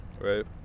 Right